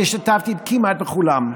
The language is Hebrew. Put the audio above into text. שהשתתפתי כמעט בכולם.